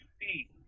see